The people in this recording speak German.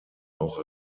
auch